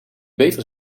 beter